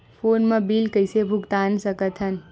Phone मा bill कइसे भुक्तान साकत हन?